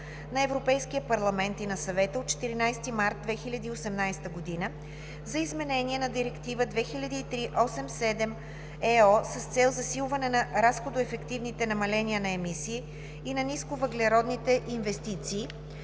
на Европейския парламент и на Съвета от 14 март 2018 г. за изменение на Директива 2003/87/ЕО с цел засилване на разходоефективните намаления на емисии и на нисковъглеродните инвестиции,